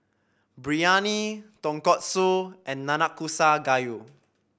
Biryani Tonkatsu and Nanakusa Gayu